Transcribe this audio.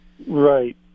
Right